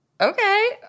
Okay